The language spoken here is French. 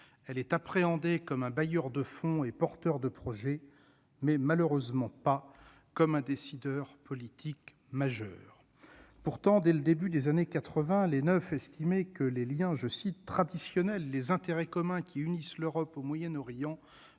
Elle est appréhendée comme un bailleur de fonds et porteur de projets, mais malheureusement pas comme un décideur politique majeur. Pourtant, dès le début des années 1980, les Neuf estimaient que « les liens traditionnels et les intérêts communs qui unissent l'Europe au Moyen-Orient